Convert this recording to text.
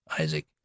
Isaac